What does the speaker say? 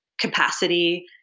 capacity